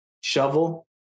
shovel